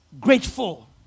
grateful